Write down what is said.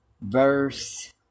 verse